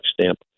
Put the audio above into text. stamp